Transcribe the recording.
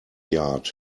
yard